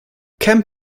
kemp